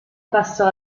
passò